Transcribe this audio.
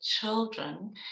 children